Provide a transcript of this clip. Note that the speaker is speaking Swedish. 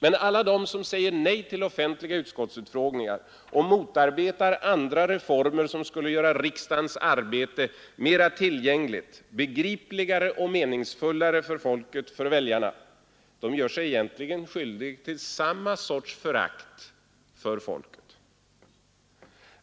Men alla de som säger nej till offentliga utskottsutfrågningar och motarbetar andra reformer som skulle göra riksdagens arbete mera tillgängligt, begripligare och meningsfullare för folket, väljarna, gör sig egentligen skyldiga till samma sorts förakt för folket.